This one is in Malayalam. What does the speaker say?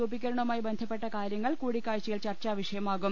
രൂപീകരണവുമായി ബന്ധ പ്പെട്ട കാര്യങ്ങൾ കൂടിക്കാഴ്ചയിൽ ചർച്ചാ വിഷയമാകും